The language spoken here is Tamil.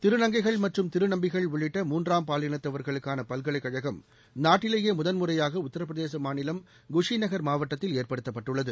திருநங்கைகள் மற்றும் திருநம்பிகள் உள்ளிட்ட மூன்றாம் பாலினத்தவர்களுக்கான பல்கலைக் கழகம் நாட்டிலேயே முதன்முறையாக உத்தரபிரதேச மாநிலம் குஷி நகர் மாவட்டத்தில் ஏற்படுத்தப்பட்டுள்ளது